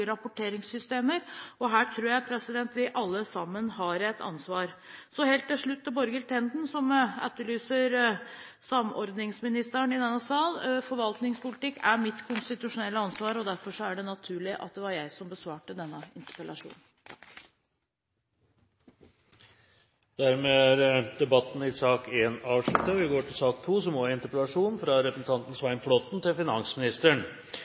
rapporteringssystemer. Her tror jeg vi alle sammen har et ansvar. Helt til slutt til Borghild Tenden som etterlyser samordningsministeren i denne sal: Forvaltningspolitikk er mitt konstitusjonelle ansvar, og derfor var det naturlig at det var jeg som besvarte denne interpellasjonen. Debatten i sak nr. 1 er dermed avsluttet. Politikeres standardhilsen til norsk næringsliv er som